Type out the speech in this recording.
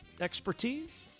expertise